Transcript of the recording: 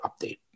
update